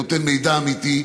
נותן מידע אמיתי.